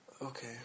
Okay